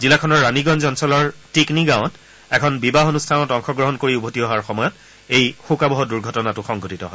জিলাখনৰ ৰাণীগঞ্জ অঞ্চলৰ টিকনি গাঁৱত এখন বিবাহ অনুষ্ঠানত অংশগ্ৰহণ কৰি উভতি অহাৰ সময়ত এই শোকাৱহ দুৰ্ঘটনাটো সংঘটিত হয়